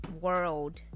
world